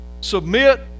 submit